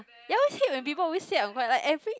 ya I said when people always say I am quite lah every